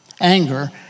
Anger